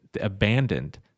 abandoned